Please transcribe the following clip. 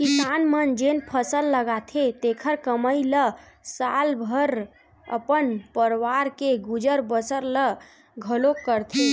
किसान मन जेन फसल लगाथे तेखरे कमई म साल भर अपन परवार के गुजर बसर ल घलोक करथे